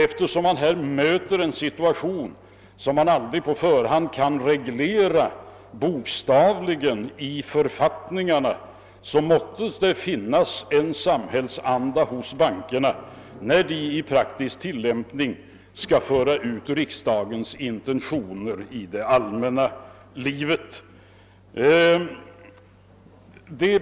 Eftersom det inte är möjligt att på förhand i författningarna i detalj reglera alla situationer som kan uppstå, måste bankerna visa samhällsanda när de skall föra ut riksdagens intentioner i praktisk tillämpning.